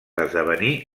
esdevenir